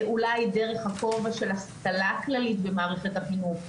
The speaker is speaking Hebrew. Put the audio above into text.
אולי דרך הכובע של השכלה כללית במערכת החינוך,